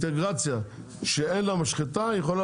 אז אינטגרציה שאין לה משחטה היא יכולה